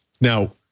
Now